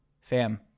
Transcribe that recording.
Fam